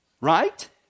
Right